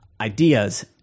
ideas